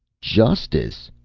justice!